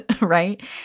right